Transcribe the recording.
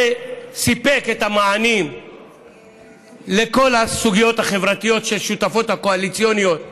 וסיפק את המענים לכל הסוגיות החברתיות שהשותפות הקואליציוניות דרשו?